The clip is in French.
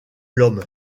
l’homme